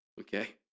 okay